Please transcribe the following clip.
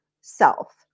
self